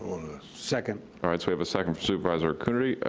second. alright, so we have a second from supervisor coonerty.